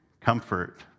comfort